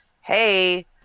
hey